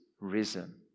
risen